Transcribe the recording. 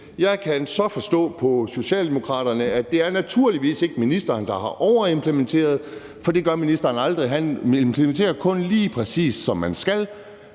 Jeg kan så forstå på Socialdemokraterne, at det naturligvis ikke er ministeren, der har overimplementeret, for det gør ministeren aldrig; han implementerer kun, lige præcis som han skal.